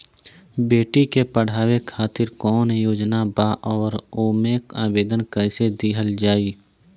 बेटी के पढ़ावें खातिर कौन योजना बा और ओ मे आवेदन कैसे दिहल जायी?